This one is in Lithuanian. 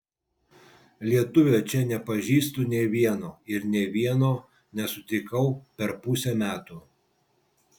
lietuvio čia nepažįstu nė vieno ir nė vieno nesutikau per pusę metų